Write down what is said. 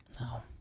No